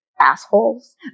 assholes